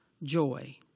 joy